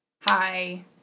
Hi